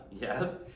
yes